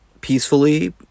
peacefully